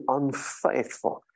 unfaithful